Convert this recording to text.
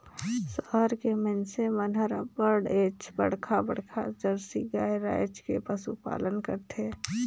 सहर के मइनसे मन हर अबड़ेच बड़खा बड़खा जरसी गाय रायख के पसुपालन करथे